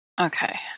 Okay